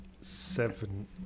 seven